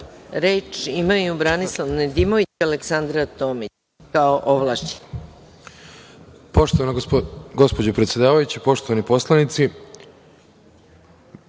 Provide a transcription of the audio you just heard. imaju Branislav Nedimović i Aleksandra Tomić, kao ovlašćeni.